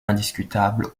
indiscutable